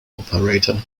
operator